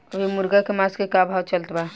अभी मुर्गा के मांस के का भाव चलत बा?